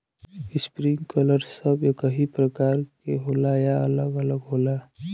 Sprinkler सब एकही प्रकार के होला या अलग अलग होला?